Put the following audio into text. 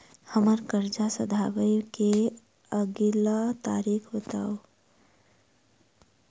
हम्मर कर्जा सधाबई केँ अगिला तारीख बताऊ?